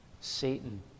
Satan